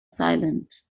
silent